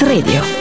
Radio